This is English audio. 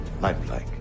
lifelike